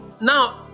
Now